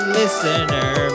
listener